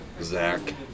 Zach